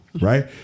Right